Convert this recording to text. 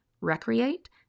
recreate